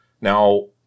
Now